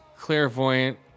clairvoyant